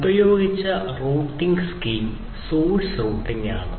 ഉപയോഗിച്ച routing scheme ആണ്